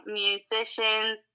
musicians